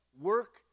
work